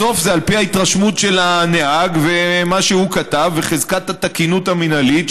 בסוף זה על פי ההתרשמות של השוטר ומה שהוא כתב וחזקת התקינות המינהלית,